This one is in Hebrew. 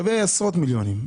הן שוות עשרות מיליונים,